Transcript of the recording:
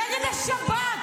נגד השב"כ?